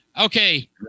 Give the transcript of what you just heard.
okay